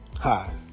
Hi